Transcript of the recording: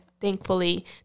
thankfully